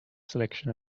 selection